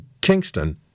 Kingston